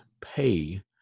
pay